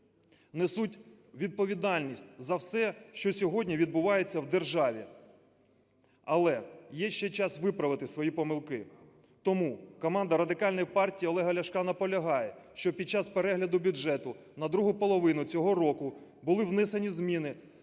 несуть відповідальність за все, що сьогодні відбувається в державі. Але є ще час виправити свої помилки. Тому команда Радикальна партія Олега Ляшка наполягає, щоб під час перегляду бюджету на другу половину цього року були внесені зміни